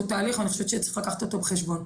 תהליך ואני חושבת שצריך לקחת אותו בחשבון.